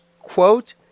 quote